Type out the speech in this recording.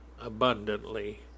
abundantly